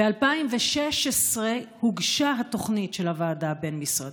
ב-2016 הוגשה התוכנית של הוועדה הבין-משרדית.